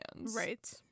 Right